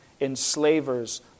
enslavers